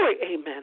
amen